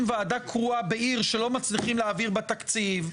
ועדה קרואה בעיר שלא מצליחים להעביר בה תקציב,